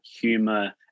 humor